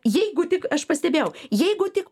jeigu tik aš pastebėjau jeigu tik